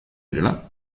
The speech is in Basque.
direla